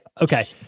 Okay